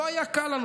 לא היה לנו קל,